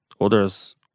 others